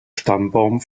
stammbaum